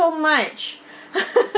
much